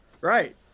Right